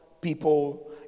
people